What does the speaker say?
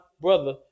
brother